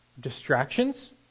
distractions